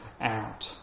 out